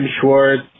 Schwartz